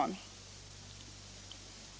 Ändring i byggnads